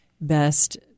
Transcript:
best